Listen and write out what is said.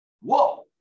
Whoa